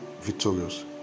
victorious